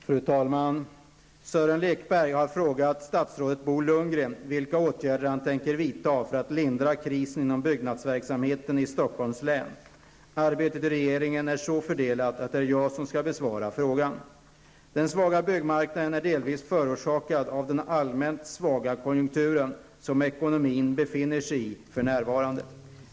Fru talman! Sören Lekberg har frågat statsrådet Bo Lundgren vilka åtgärder han tänker vidta för att lindra krisen inom byggnadsverksamheten i Stockholms län. Arbetet i regeringen är så fördelat att det är jag som skall besvara frågan. Den svaga byggmarknaden är delvis förorsakad av den allmänt svaga konjunktur som ekonomin befinner sig i för närvarande.